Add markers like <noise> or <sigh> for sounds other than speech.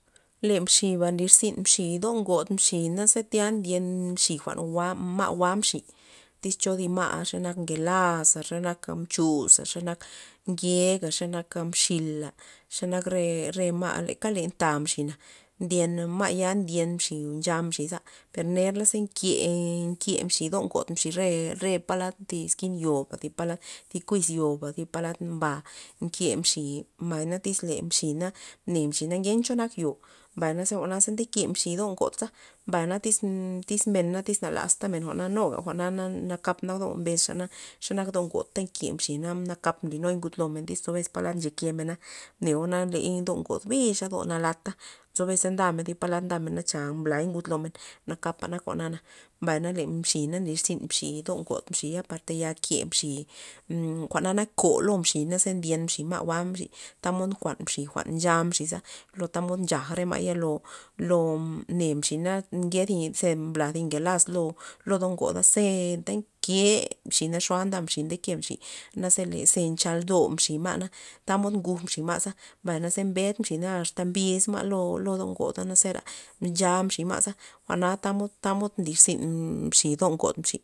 Le mxiba nlirzyn mxi ndo ngob mxi naze tya ndye mxi jwa'n jwa' ma' jwa' mxi, tyz cho zi ma' nak ngelaza ze nak re mchuza' xenak ngega, xenaka mxila' xenak re- re ma' leka le ta mxina' ndyen ma'ya ndyen mxi ncha mxiza per nerla ze nke- nke mxi do ngod mxi re- re palad thi eskin yo'ba zi palad zi kuiz yo'ba zi palad ba mke mxi mbay na tyz le mxi na mne mxina ken cho nak yo', mbay jwa'naza ndeke mxi do godza mbay tyz- tyz men na lasta men jwa'na nuga jwa'na na- nakap nak do mbes xana, xe nak do ngo ta nke mxina nakap nlinuy ngud lomen tyz nzo bes palad ncheke mena mnego na ley bdo ngod bixa do nalata nzo bes za ndamen zi palad ndamen na cha mblay ngud lomen nakapa nak jwa'na, mbay na le mxina na nlirzinta mxi do ngod par taya ke mxi <hesitation> jwa'na nak ko' lomen mxi naze ndyen mxi ma' jwa' mxi tamod nkuan mxi jwa'n ncha mxiza lo tamod nchaj re ma'ya yelo lo <hesitation> mne mxi na nke thi ze mbla thi ngelaz lo lo do ngoda ze ndake mxi naxo' nda mxi ndeke mxi naze le ze nchaldo mxi ma'na tamod nguj mxi ma'za, mbay naze mben mxina asta mbye ma' lo lo do ngoda na zera ncha mxi ma' za jwa'na tamod- tamod nlirzyn mxi do ngod mxi.